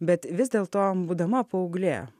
bet vis dėlto būdama paauglė